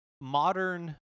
modern